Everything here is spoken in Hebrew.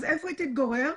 אז איפה היא תתגורר?